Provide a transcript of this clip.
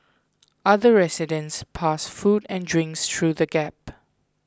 other residents passed food and drinks through the gap